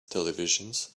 televisions